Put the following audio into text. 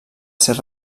ser